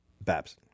Babs